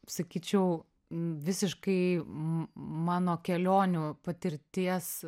sakyčiau visiškai mano kelionių patirties